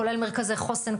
כולל מרכזי חוסן,